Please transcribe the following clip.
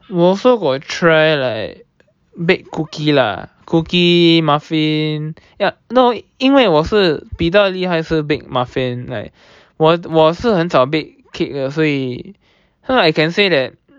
我 also got try like bake cookie lah cookie muffin 要 no 因为我是比较厉害是 bake muffin like 我我我是很早 bake cake 的所以 so I can say that